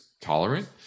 tolerant